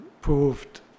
proved